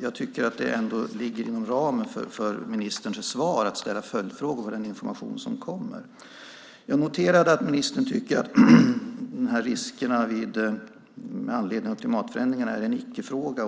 Jag tycker att det ändå ligger inom ramen för ministerns svar att ställa följdfrågor med anledning av den information som ges. Jag noterade att ministern tycker att riskerna med anledning av klimatförändringarna är en icke-fråga.